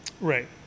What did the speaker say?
Right